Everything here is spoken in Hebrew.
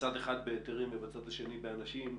בצד אחד בהיתרים ובצד השני באנשים,